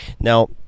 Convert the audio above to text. Now